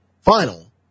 final